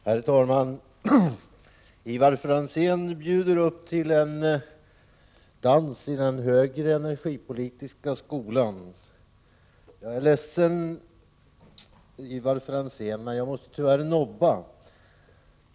Herr talman! Ivar Franzén bjuder upp till en dans i den högre energipolitiska skolan. Jag är ledsen, Ivar Franzén, men jag måste tyvärr nobba.